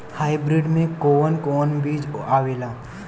Hybrid में कोवन कोवन बीज आवेला?